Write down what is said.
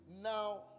Now